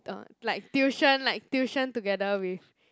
uh like tuition like tuition together with